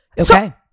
Okay